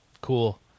Cool